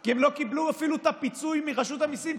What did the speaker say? כי הם לא קיבלו אפילו את הפיצוי מרשות המיסים,